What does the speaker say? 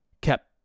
kept